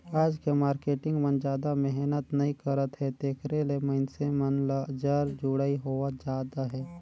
आज के मारकेटिंग मन जादा मेहनत नइ करत हे तेकरे ले मइनसे मन ल जर जुड़ई होवत जात अहे